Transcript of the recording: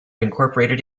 incorporated